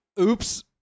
Oops